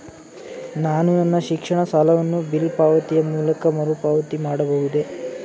ನಾನು ನನ್ನ ಶಿಕ್ಷಣ ಸಾಲವನ್ನು ಬಿಲ್ ಪಾವತಿಯ ಮೂಲಕ ಮರುಪಾವತಿ ಮಾಡಬಹುದೇ?